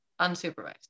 Unsupervised